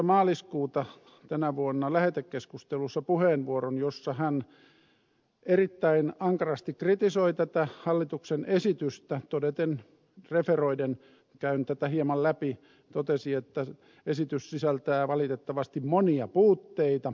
maaliskuuta tänä vuonna lähetekeskustelussa puheenvuoron jossa hän erittäin ankarasti kritisoi tätä hallituksen esitystä todeten referoiden käyn tätä hieman läpi että esitys sisältää valitettavasti monia puutteita